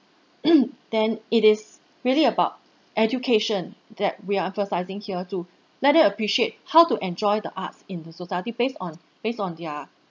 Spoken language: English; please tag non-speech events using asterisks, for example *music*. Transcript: *coughs* then it is really about education that we are emphasising here to let them appreciate how to enjoy the arts in the society based on based on their